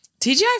TGI